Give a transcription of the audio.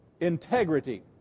integrity